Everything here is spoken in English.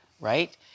Right